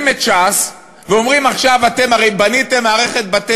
הסמכות של דרעי.